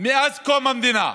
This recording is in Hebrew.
מאז קום המדינה,